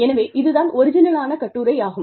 எனவே இது தான் ஒரிஜினலான கட்டுரையாகும்